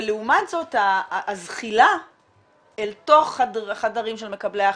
ולעומת זאת הזחילה אל תוך החדרים של מקבלי ההחלטות,